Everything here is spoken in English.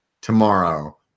tomorrow